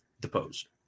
deposed